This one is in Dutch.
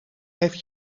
heeft